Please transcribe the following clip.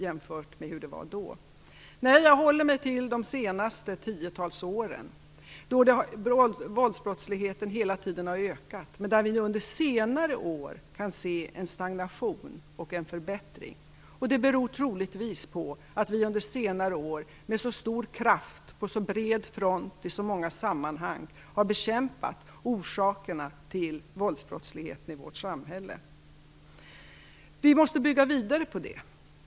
Jag håller mig i stället till de senaste årtiondena, då våldsbrottsligheten hela tiden har ökat. Men under senare år har vi sett en stagnation och en förbättring. Det beror troligtvis på att vi under senare år med så stor kraft, på så bred front och i så många sammanhang har bekämpat orsakerna till våldsbrottsligheten i vårt samhälle. Vi måste bygga vidare på detta.